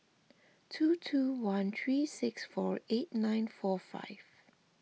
two two one three six four eight nine four five